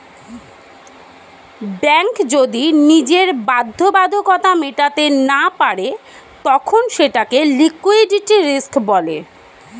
bank যদি নিজের বাধ্যবাধকতা মেটাতে না পারে তখন সেটাকে লিক্যুইডিটি রিস্ক বলে